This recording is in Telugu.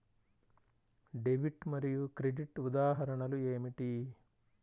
డెబిట్ మరియు క్రెడిట్ ఉదాహరణలు ఏమిటీ?